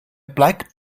black